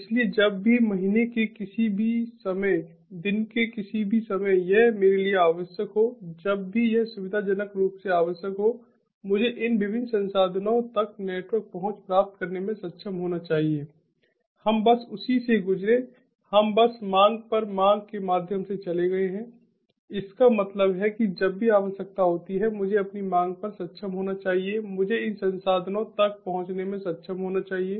इसलिए जब भी महीने के किसी भी समय दिन के किसी भी समय यह मेरे लिए आवश्यक हो जब भी यह सुविधाजनक रूप से आवश्यक हो मुझे इन विभिन्न संसाधनों तक नेटवर्क पहुंच प्राप्त करने में सक्षम होना चाहिए हम बस उसी से गुजरे हम बस मांग पर मांग के माध्यम से चले गए हैं इसका मतलब है कि जब भी आवश्यकता होती है मुझे अपनी मांग पर सक्षम होना चाहिए मुझे इन संसाधनों तक पहुंचने में सक्षम होना चाहिए